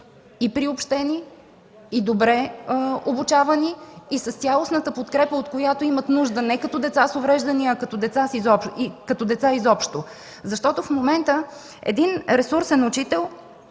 и приобщени, и добре обучавани, и с цялостната подкрепа, от която имат нужда не като деца с увреждания, а изобщо като деца. В момента един ресурсен учител,